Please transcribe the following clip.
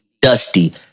Dusty